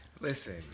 Listen